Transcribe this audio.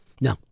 No